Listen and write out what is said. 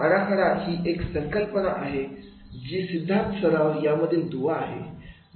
आराखडा ही एक अशी संकल्पना आहे जी सिद्धांत सराव यामधील दुवा आहे